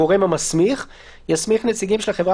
הגורם המסמיך) יסמיך נציגים של החברה